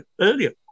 earlier